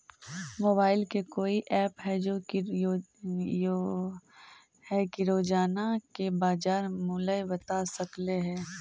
Mobile के कोइ app है जो कि रोजाना के बाजार मुलय बता सकले हे?